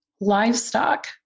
livestock